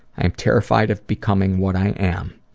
i am terrified of becoming what i am,